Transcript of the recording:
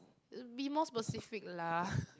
be more specific lah